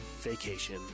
vacation